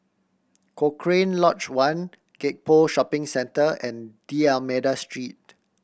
Cochrane Lodge One Gek Poh Shopping Centre and D'Almeida Street